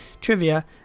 trivia